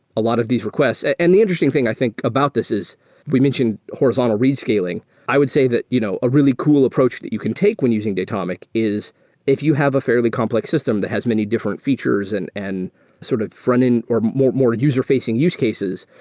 a lot of these requests. and the interesting thing i think about this is we mentioned horizontal rescaling. i would say that you know a really cool approach that you can take when using datomic is if you have a fairly complex system that has many different features and and sort of frontend or more more user-facing use cases,